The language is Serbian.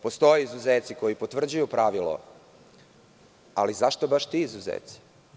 Postoje izuzeci koji potvrđuju pravilo, ali zašto baš ti izuzeci?